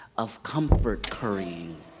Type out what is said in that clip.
of comfort currying,